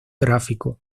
gráfico